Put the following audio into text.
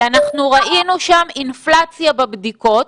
אנחנו ראינו שם אינפלציה בבדיקות